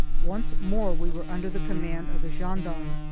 once more we were under the command of the gendarme.